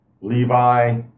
Levi